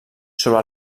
sobre